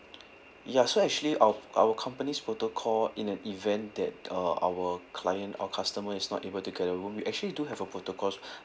ya so actually our our company's protocol in an event that uh our client our customer is not able to get a room we actually do have a protocols